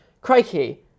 crikey